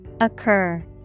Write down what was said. Occur